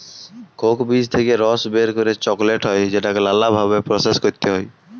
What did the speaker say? Coke বীজ থেক্যে রস বের করে চকলেট হ্যয় যেটাকে লালা ভাবে প্রসেস ক্যরতে হ্য়য়